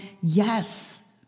Yes